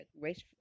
race